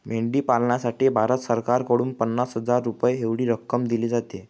मेंढी पालनासाठी भारत सरकारकडून पन्नास हजार रुपये एवढी रक्कम दिली जाते